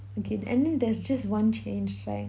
okay and then that's just one change right